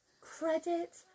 Credit